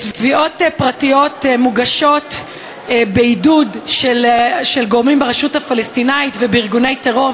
תביעות פרטיות מוגשות בעידוד של גורמים ברשות הפלסטינית ובארגוני טרור,